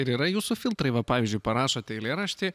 ir yra jūsų filtrai va pavyzdžiui parašot eilėraštį